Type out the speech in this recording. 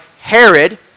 Herod